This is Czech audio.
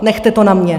Nechte to na mně!